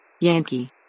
yankee